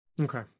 Okay